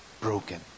broken